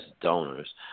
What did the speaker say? donors